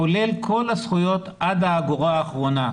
כולל כל הזכויות עד האגורה האחרונה,